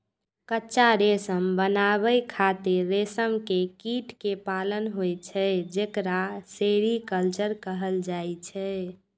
कच्चा रेशम बनाबै खातिर रेशम के कीट कें पालन होइ छै, जेकरा सेरीकल्चर कहल जाइ छै